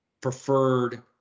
preferred